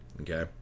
Okay